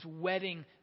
wedding